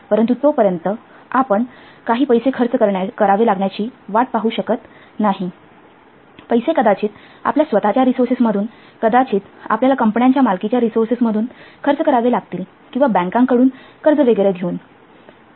परंतु तोपर्यंत आपण काही पैसे खर्च करावे लागण्याची वाट पाहू शकत नाही पैसे कदाचित आपल्या स्वतःच्या रिसोर्सेस मधून कदाचित आपल्याला कंपन्यांच्या मालकीच्या रिसोर्सेस मधून खर्च करावे लागतील किंवा बँकांकडून कर्ज वगैरे घेऊन